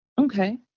Okay